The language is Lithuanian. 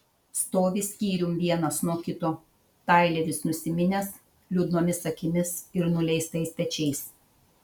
stovi skyrium vienas nuo kito taileris nusiminęs liūdnomis akimis ir nuleistais pečiais